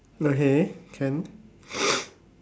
okay can